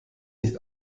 nicht